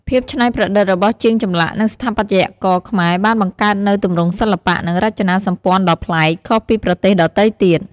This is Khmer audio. ភាពច្នៃប្រឌិតរបស់ជាងចម្លាក់ និងស្ថាបត្យករខ្មែរបានបង្កើតនូវទម្រង់សិល្បៈ និងរចនាសម្ព័ន្ធដ៏ប្លែក ខុសពីប្រទេសដទៃទៀត។